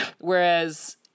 whereas